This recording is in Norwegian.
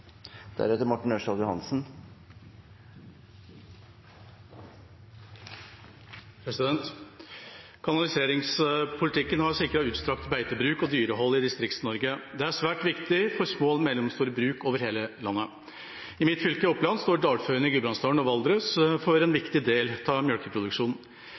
svært viktig for små og mellomstore bruk over hele landet. I mitt fylke, Oppland, står dalførene i Gudbrandsdalen og Valdres for en viktig del av